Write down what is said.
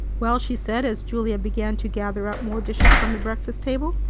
well! she said as julia began to gather up more dishes from the breakfast table.